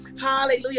Hallelujah